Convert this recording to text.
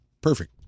Perfect